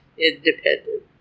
Independent